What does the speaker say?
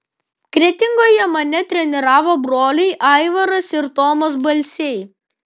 kretingoje mane treniravo broliai aivaras ir tomas balsiai